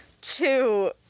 two